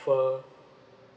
offer